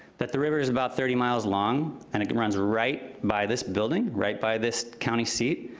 that the river is about thirty miles long, and it runs right by this building, right by this county seat,